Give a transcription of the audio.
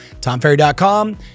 tomferry.com